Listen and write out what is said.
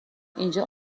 اینجا